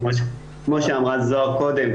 כמו שאמרה זהר קודם,